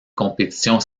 compétitions